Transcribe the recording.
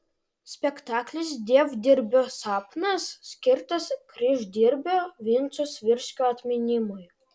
spektaklis dievdirbio sapnas skirtas kryždirbio vinco svirskio atminimui